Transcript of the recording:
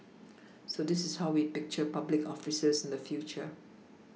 so this is how we picture public officers in the future